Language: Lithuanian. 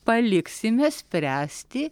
paliksime spręsti